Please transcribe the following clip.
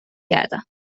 گردم